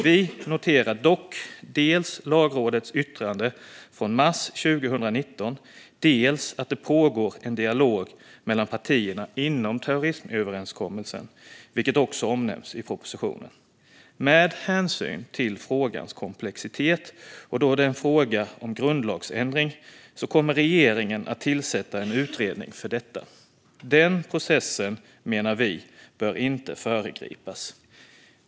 Vi noterar dock dels Lagrådets yttrande från mars 2019, dels att det pågår en dialog mellan partierna inom terrorismöverenskommelsen, vilket också omnämns i propositionen. Med hänsyn till frågans komplexitet och eftersom det är fråga om en grundlagsändring kommer regeringen att tillsätta en utredning för detta. Den processen, menar vi, bör inte föregripas.